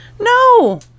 No